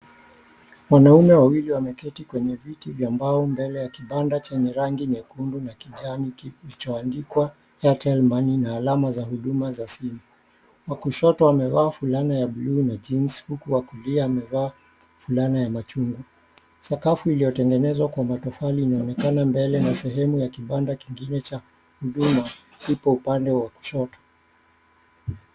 Wanaume wawili wameketi kwenye viti vya mbao ,mbele kuna kibanda chenye rangi nyekundu na kijani kibichi kilichoandikwa Airtel money na alama za huduma za simu. Wa kushoto wamevaa fulana ya bluu na jeans huku wa kulia amevaa fulana ya machungwa. Sakafu iliyotengenezwa kwa matofali inaonekana mbele ya sehemu ya kibanda kengine cha huduma kiko upande wa kushoto.